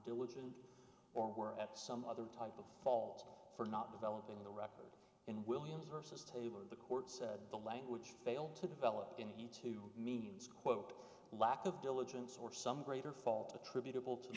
diligent or were at some other type of fault for not developing the record in williams vs taber the court said the language failed to develop and he too means quote lack of diligence or some greater fault attributable to